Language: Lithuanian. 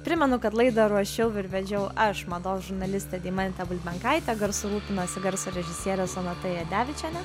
primenu kad laidą ruošiau ir vedžiau aš mados žurnalistė deimantė bulbenkaitė garsu rūpinosi garso režisierė sonata jadevičienė